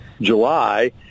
July